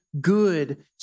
good